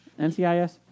NCIS